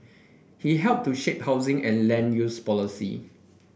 he helped to shape housing and land use policy